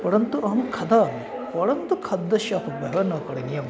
परन्तु अहं खादामि परन्तु खाद्यस्य अपव्ययः न करणीयम्